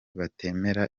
batemera